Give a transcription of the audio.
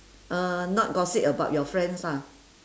uh not gossip about your friends lah